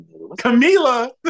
Camila